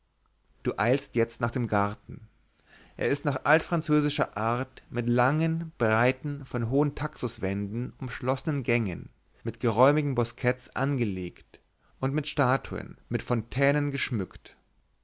du eilst jetzt nach dem garten er ist nach altfranzösischer art mit langen breiten von hohen taxuswänden umschlossenen gängen mit geräumigen angelegt und mit statuen mit fontänen geschmückt